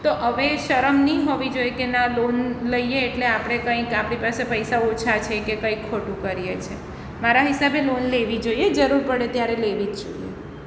તો હવે શરમ નહિ હોવી જોઈએ કે ના લોન લઈએ એટલે આપણે કંઈક આપણી પાસે પૈસા ઓછા છે કે કંઈ ખોટું કરીએ છે મારા હિસાબે લોન લેવી જોઈએ જરૂર પડે ત્યારે લેવી જ જોઈએ